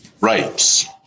rights